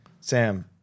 Sam